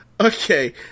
Okay